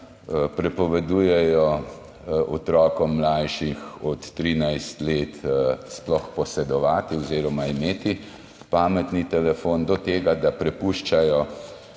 prepovedujejo otrokom, mlajšim od 13 let, sploh posedovati oziroma imeti pametni telefon, do tega, da prepuščajo